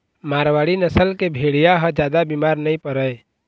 मारवाड़ी नसल के भेड़िया ह जादा बिमार नइ परय